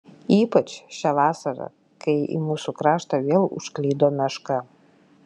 ypač šią vasarą kai į mūsų kraštą vėl užklydo meška